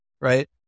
right